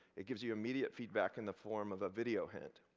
it gives you immediate feedback in the form of a video hint.